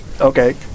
Okay